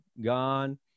gone